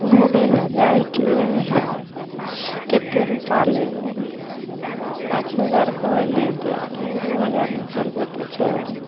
घुमैलए जाइके हइ कतेक रूपा लेबै पाँच हजार कहबै नहि देब हम दुइ हजारमे चलबै तऽ चलू